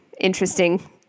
interesting